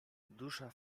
dusza